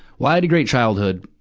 well, i had a great childhood.